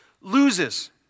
loses